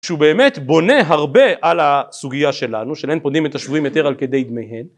שהוא באמת בונה הרבה על הסוגיה שלנו, של אין פודים את השבויים יותר על כדי דמיהן